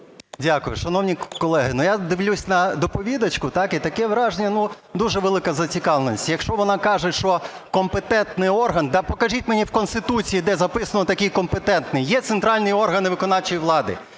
Дякую. Шановні колеги, я дивлюся на доповідачку і таке враження, ну, дуже велика зацікавленість. Якщо вона каже, що компетентний орган, покажіть мені в Конституції, де записано такий компетентний. Є центральні органи виконавчої влади,